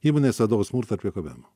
įmonės vadovo smurtą ir priekabiavimą